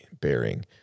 bearing